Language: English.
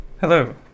Hello